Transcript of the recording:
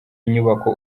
inyubako